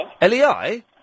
L-E-I